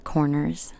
Corners